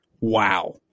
wow